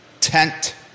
Tent